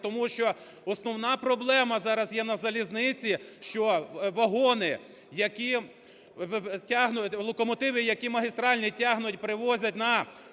тому що основна проблема зараз є на залізниці, що вагони, локомотиви, які магістральні тягнуть, привозять на